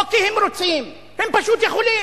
לא כי הם רוצים, הם פשוט יכולים.